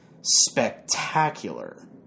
spectacular